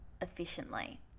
efficiently